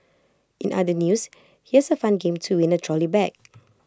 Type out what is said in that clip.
in other news here's A fun game to win A trolley bag